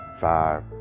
five